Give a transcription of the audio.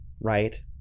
Right